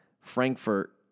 Frankfurt